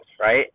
right